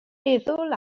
meddwl